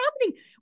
happening